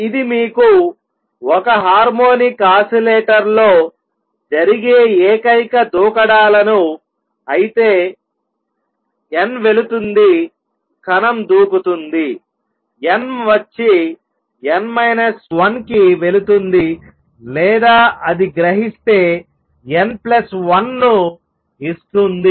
ఇది మీకు ఒక హార్మోనిక్ ఆసిలేటర్లో జరిగే ఏకైక దూకడాలను అయితే n వెళుతుంది కణం దూకుతుందిn వచ్చి n 1 కి వెళుతుంది లేదా అది గ్రహిస్తే n 1 ను ఇస్తుంది